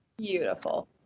Beautiful